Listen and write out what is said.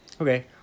Okay